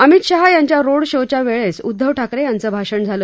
अमित शहा यांच्या रोड शोच्या वेळेस उदधव ठाकरे यांचं भाषण झालं